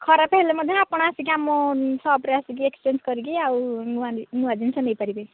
ଖରାପ ହେଲେ ମଧ୍ୟ ଆପଣ ଆସିକି ଆମ ସପ୍ରେ ଆସିକି ଏକ୍ସଚେଞ୍ଜ କରିକି ଆଉ ନୂଆ ନୂଆ ଜିନିଷ ନେଇପାରିବେ